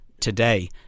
today